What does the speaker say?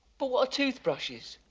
but what toothbrushes?